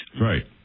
right